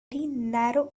narrow